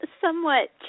somewhat